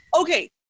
Okay